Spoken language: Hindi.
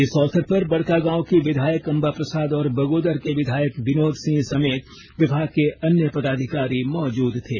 इस अवसर पर बड़कागांव की विधायक अंबा प्रसाद और बगोदर के विधायक विनोद सिंह समेत विभाग के अन्य पदाधिकारी मौजूद थे